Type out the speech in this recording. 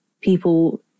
people